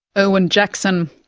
erwin jackson.